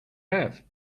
have